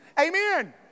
Amen